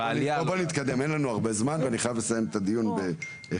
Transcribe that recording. טוב בואו נתקדם, אני חייב לסיים את הדיון ב-11:00.